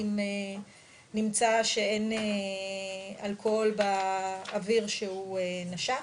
אם נמצא שאין אלכוהול באוויר שהוא נשף.